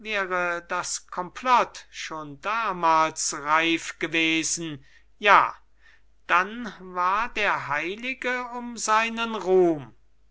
das komplott schon damals reif gewesen ja dann war der heilige um seinen ruhm